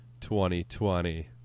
2020